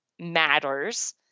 matters